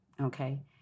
okay